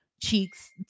cheeks